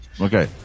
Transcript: Okay